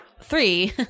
three